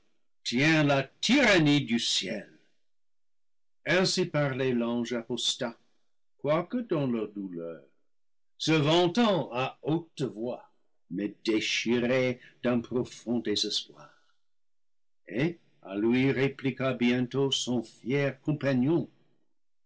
tient la tyrannie du ciel ainsi parlait l'ange apostat quoique dans la douleur se vantant à haute voix mais déchiré d'un profond désespoir et à lui répliqua bientôt son fier compagnon